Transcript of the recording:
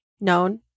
known